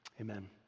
Amen